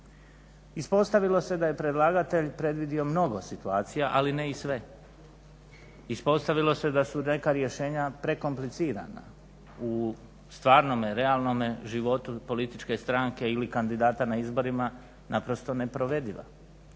Ispostavilo se da je predlagatelj predvidio mnogo situacija ali ne i sve, ispostavilo se da su neka rješenja prekomplicirana u stvarnome realnom životu političke stranke ili kandidata na izborima naprosto neprovediva.